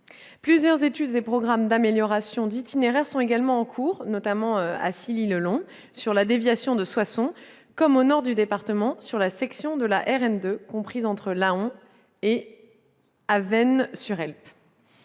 Plusieurs études et programmes d'amélioration d'itinéraires sont également en cours, en particulier à Silly-le-Long, sur la déviation de Soissons ou, au nord du département, sur la section de la RN2 comprise entre Laon et Avesnes-sur-Helpe.